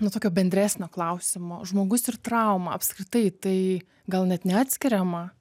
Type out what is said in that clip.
nuo tokio bendresnio klausimo žmogus ir trauma apskritai tai gal net neatskiriama